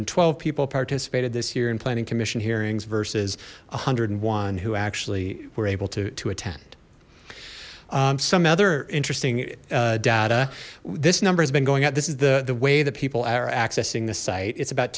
and twelve people participated this year in planning commission hearings versus a hundred and one who actually were able to attend some other interesting data this number has been going up this is the the way that people are accessing the site it's about